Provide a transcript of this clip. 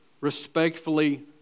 respectfully